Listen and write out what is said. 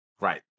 Right